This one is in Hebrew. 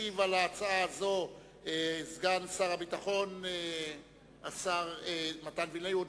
ישיב על ההצעה סגן שר הביטחון מתן וילנאי.